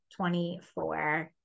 24